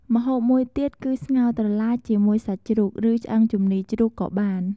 ម្ហូបមួយទៀតគឺស្ងោរត្រឡាចជាមួយសាច់ជ្រូក ឬឆ្អឹងជំនីជ្រូកក៏បាន។